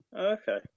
Okay